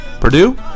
Purdue